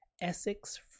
Essex